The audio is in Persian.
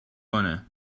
کنه